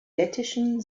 lettischen